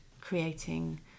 creating